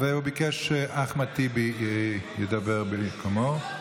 הוא ביקש שאחמד טיבי ידבר במקומו,